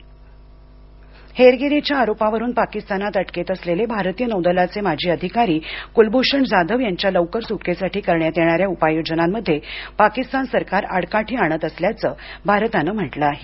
जाधव हेरगिरीच्या आरोपावरून पाकिस्तानात अटकेत असलेले भारतीय नौदलाचे माजी अधिकारी कुलभृषण जाधव यांच्या लवकर सुटकेसाठी करण्यात येणाऱ्या उपाययोजनांमध्ये पाकिस्तान सरकार आडकाठी आणत असल्याचं भारताने म्हंटलं आहे